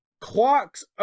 clocks